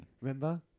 Remember